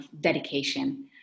dedication